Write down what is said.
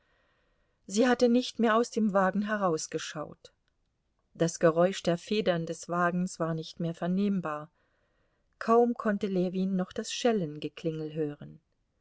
sie hatte nicht mehr aus dem wagen herausgeschaut das geräusch der federn des wagens war nicht mehr vernehmbar kaum konnte ljewin noch das schellengeklingel hören